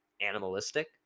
animalistic